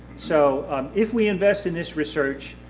so um if we invest in this research,